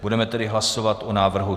Budeme tedy hlasovat o návrhu C2.